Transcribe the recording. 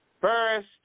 first